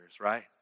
Right